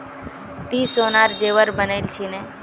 ती सोनार जेवर बनइल छि न